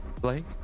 Blake